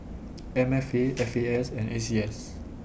M F A F A S and A C S